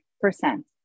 percent